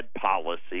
policy